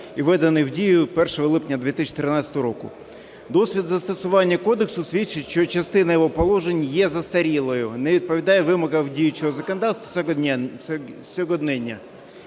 і введений в дію 1 липня 2013 року. Досвід застосування кодексу свідчить, що частина його положень є застарілою, не відповідає вимогам діючого законодавства, сьогодення.